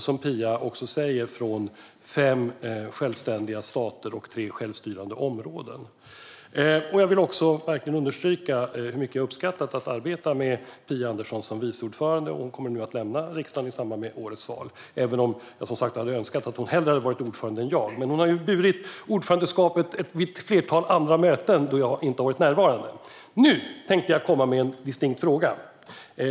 Som Phia också säger handlar det om fem självständiga stater och tre självstyrande områden. Jag vill verkligen understryka hur mycket jag har uppskattat att arbeta med Phia Andersson som vice ordförande. Hon kommer nu att lämna riksdagen i samband med årets val. Jag hade hellre önskat att hon hade varit ordförande i stället för jag, men hon har burit ordförandeskapet vid ett flertal möten då jag inte har varit närvarande. Nu tänkte jag komma med en distinkt fråga.